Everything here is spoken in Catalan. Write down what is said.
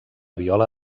viola